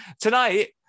tonight